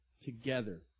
Together